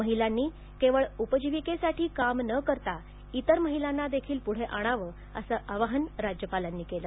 महिलांनी केवळ उपजीविकेसाठी काम न करता इतर महिलांना देखील पुढे आणावं असं आवाहन राज्यपालांनी केलं